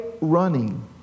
running